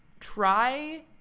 try